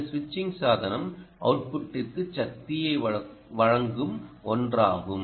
இந்த சுவிட்சிங் சாதனம் அவுட்புட்டிற்குச் சக்தியை வழங்கும் ஒன்றாகும்